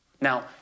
Now